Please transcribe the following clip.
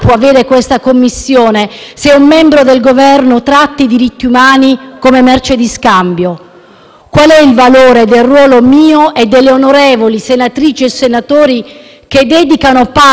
Qual è il valore del ruolo mio e delle onorevoli senatrici e senatori, che dedicano parte della loro esperienza e delle loro energie a questioni così delicate e urgenti